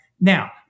Now